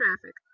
traffic